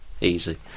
Easy